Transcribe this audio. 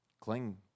cling